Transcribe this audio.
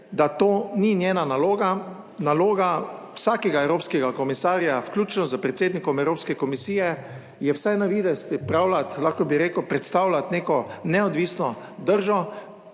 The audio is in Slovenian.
da to ni njena naloga. Naloga vsakega evropskega komisarja, vključno s predsednikom Evropske komisije je vsaj na videz pripravljati, lahko bi rekel predstavljati neko neodvisno držo